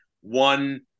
one